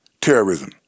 terrorism